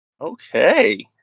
Okay